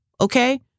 Okay